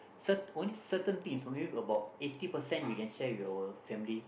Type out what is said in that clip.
cert~ only certain thing maybe about eighty percent we can share with our family